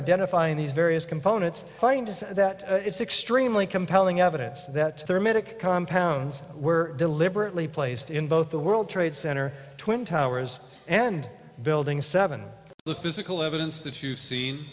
find these various components find is that it's extremely compelling evidence that their medical compounds were deliberately placed in both the world trade center twin towers and building seven the physical evidence that you've seen